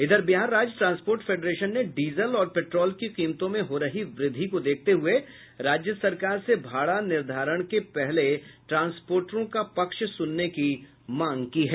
इधर बिहार राज्य transport federation ने डीजल और पेट्रोल की कीमतों में हो रही वृद्धि को देखते हुये राज्य सरकार से भाड़ा निर्धारण के पहले ट्रांस्पोटरों का पक्ष सुनने की मांग की है